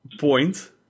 point